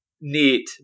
neat